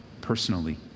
personally